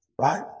right